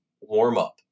warm-up